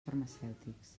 farmacèutics